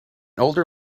older